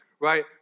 Right